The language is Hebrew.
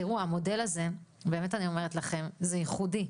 תראו, המודל הזה, באמת אני אומרת לכם - זה ייחודי,